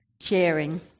sharing